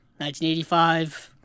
1985